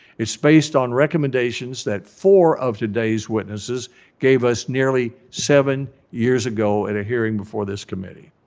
it's based on recommendations that four of today's witnesses gave us nearly seven years ago at a hearing before this committee.